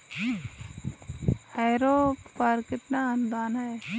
Harrow पर कितना अनुदान है?